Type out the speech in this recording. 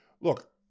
look